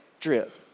drip